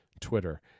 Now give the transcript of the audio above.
Twitter